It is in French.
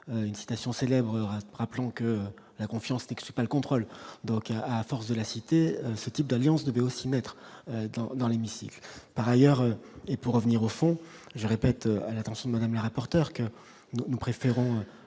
une citation célèbre Reims, rappelons que la confiance n'exclut pas le contrôle, donc, à force de la cité, ce type d'alliance devait aussi maître dans l'hémicycle par ailleurs et pour revenir au fond, je répète à l'attention de Madame le rapporteur, que nous préférons